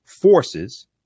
forces